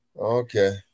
Okay